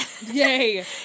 Yay